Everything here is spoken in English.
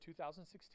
2016